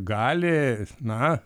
gali na